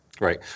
Right